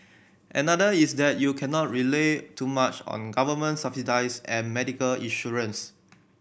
another is that you cannot rely too much on government subsidies and medical insurance